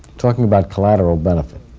talking about collateral benefit,